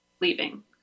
leaving